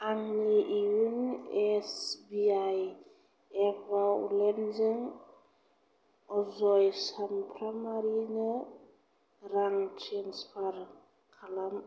आंनि इउ SBI app आल वालेन्दजों अजय चामफ्रामारिनो रां ट्रेन्सफार खालाम